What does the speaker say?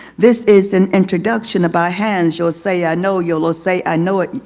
this is an introduction about hands you'll say i know, you'll all say i know it,